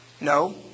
No